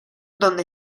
donde